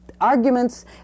arguments